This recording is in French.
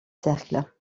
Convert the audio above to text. cercles